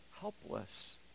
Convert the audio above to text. helpless